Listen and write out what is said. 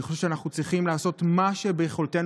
אני חושב שאנחנו צריכים לעשות מה שביכולתנו